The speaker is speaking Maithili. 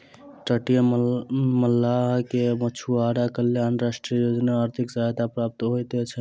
तटीय मल्लाह के मछुआरा कल्याण राष्ट्रीय योजना आर्थिक सहायता प्राप्त होइत छै